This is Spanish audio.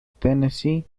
tennessee